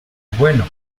bueno